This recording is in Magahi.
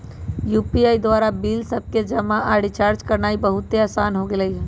यू.पी.आई द्वारा बिल सभके जमा आऽ रिचार्ज करनाइ बहुते असान हो गेल हइ